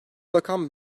rakam